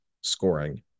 scoring